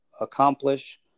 accomplish